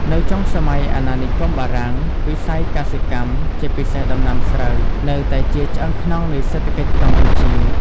នៅចុងសម័យអាណានិគមបារាំង វិស័យកសិកម្ម ជាពិសេសដំណាំស្រូវ នៅតែជាឆ្អឹងខ្នងនៃសេដ្ឋកិច្ចកម្ពុជា។